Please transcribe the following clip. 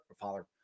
Father